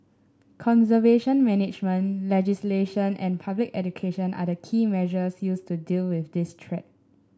conservation management legislation and public education are the key measures used to deal with this threat